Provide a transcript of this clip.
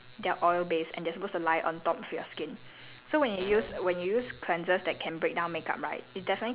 it's good because right the logic of sunblock and makeup is the same they are oil based and they are supposed to lie on top of your skin